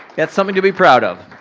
that's something to be proud of.